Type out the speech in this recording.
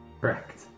Correct